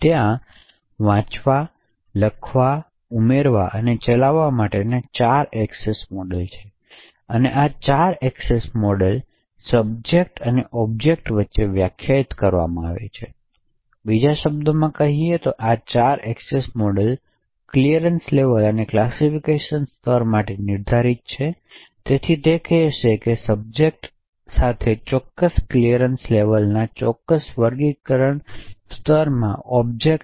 ત્યાં વાંચવા લખવા ઉમેરવા અને ચલાવવા માટેના ચાર એક્સેસ મોડ્સ છે તેથી આ ચાર એક્સેસ મોડ્સ સબ્જેક્ટ અને ઓબ્જેક્ટ્સ વચ્ચે વ્યાખ્યાયિત કરવામાં આવી છે બીજા શબ્દોમાં કહીએ તો આ ચાર એએક્સેસ મોડ્સ ક્લિયરન્સ લેવલ અને ક્લાસિફિકેશન સ્તર માટે નિર્ધારિત છે તેથી તે કહેશે કે સબ્જેક્ટ સાથે ચોક્કસ ક્લિઅરન્સ લેવલ ચોક્કસ વર્ગીકરણ સ્તરમાં ઓબ્જેક્ટ્સને